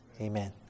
Amen